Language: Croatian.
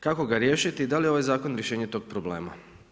Kako ga riješiti i da li je ovaj zakon rješenje tog problema?